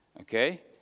okay